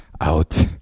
out